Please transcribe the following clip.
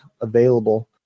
available